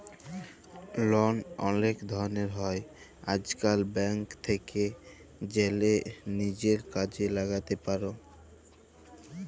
লল অলেক ধরলের হ্যয় আইজকাল, ব্যাংক থ্যাকে জ্যালে লিজের কাজে ল্যাগাতে পার